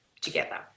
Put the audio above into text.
together